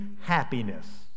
happiness